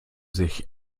sich